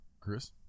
Chris